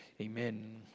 Amen